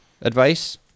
Advice